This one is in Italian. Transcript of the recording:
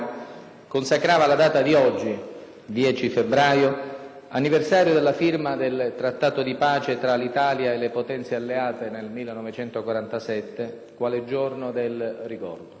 consacrava la data di oggi, 10 febbraio, anniversario della firma del Trattato di pace tra l'Italia e le Potenze alleate nel 1947, quale «Giorno del ricordo».